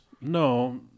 No